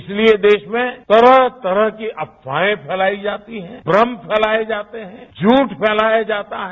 इसलिए देश में तरह तरह की अफवाएं फैलाई जाती हैं भ्रम फैलाएं जाते हैं झूठ फैलाया जाता है